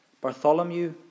Bartholomew